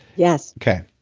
yes. okay.